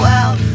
out